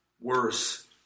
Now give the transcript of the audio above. worse